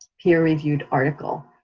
peer-reviewed article,